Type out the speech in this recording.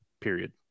period